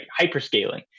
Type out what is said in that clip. Hyperscaling